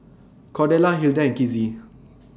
Cordella Hilda and Kizzy